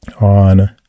on